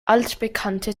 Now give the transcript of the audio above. altbekannte